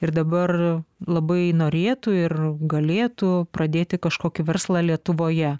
ir dabar labai norėtų ir galėtų pradėti kažkokį verslą lietuvoje